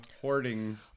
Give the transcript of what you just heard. hoarding